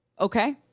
okay